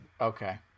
Okay